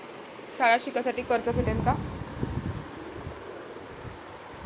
शाळा शिकासाठी कर्ज भेटन का?